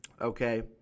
okay